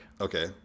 Okay